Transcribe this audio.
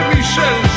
Michel